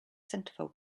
centerfold